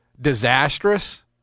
disastrous